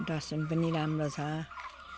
dustbin पनि राम्रो छ